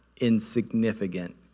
insignificant